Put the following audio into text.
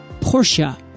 Portia